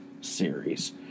series